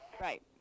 right